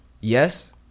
Yes